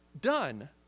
done